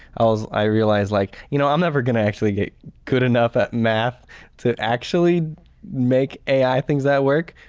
i was i realized like you know, i'm never gonna actually get good enough at math to actually make ai things that work,